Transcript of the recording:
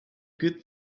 good